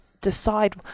decide